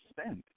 spend